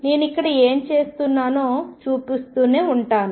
నేను ఇక్కడ ఏమి చేస్తున్నానో చూపిస్తూనే ఉంటాను